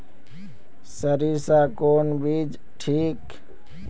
सरीसा कौन बीज ठिक?